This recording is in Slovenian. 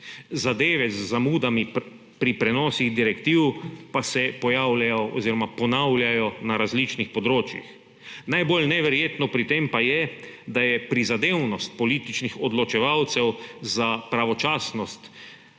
Zadeve z zamudami pri prenosih direktiv pa se pojavljajo oziroma ponavljajo na različnih področjih. Najbolj neverjetno pri tem pa je, da je prizadevnost političnih odločevalcev za pravočasnost